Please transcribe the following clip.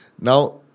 Now